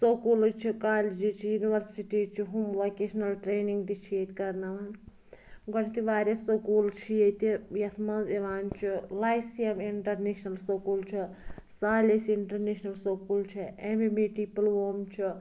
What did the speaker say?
schools چھِ colleges چھِ universities چھِ ہُم ووکیشنَل ٹرٛینِنٛگ تہِ چھِ ییٚتہِ کَرناوان گۄڈنیتھٕے واریاہ سکوٗل چھِ ییٚتہِ یَتھ منٛز یِوان چھُ لایسیم اِنٹَرنیشنَل سکوٗل چھُ سالِس اِنٹَرنیشنَل سکوٗل چھِ ایم ایم ای ٹی پُلووم چھُ